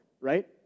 right